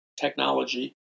technology